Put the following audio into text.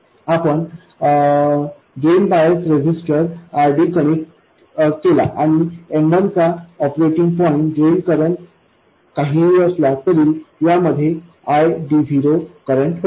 आपण drain bias resistor RD connect केला आणि M1 चा ऑपरेटिंग पॉईंट ड्रेन करंट काहीही असला तरी यामध्ये ID0 करंट होता